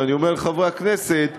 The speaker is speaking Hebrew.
ואני אומר לחברי הכנסת,